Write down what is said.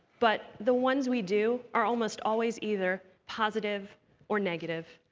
but the ones we do are almost always either positive or negative.